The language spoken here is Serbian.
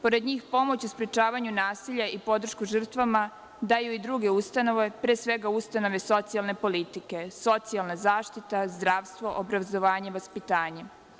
Pored njih, pomoć u sprečavanju nasilja, podršku žrtvama daju i druge ustanove pre svega ustanove socijalne politike, socijalna zaštita, zdravstvo, obrazovanje, vaspitanje.